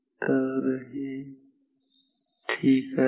तर हे ठीक आहे